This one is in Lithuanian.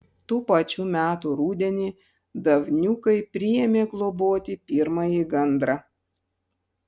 tų pačių metų rudenį davniukai priėmė globoti pirmąjį gandrą